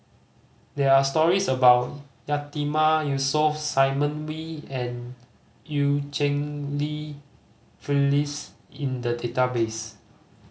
there are stories about Yatiman Yusof Simon Wee and Eu Cheng Li Phyllis in the database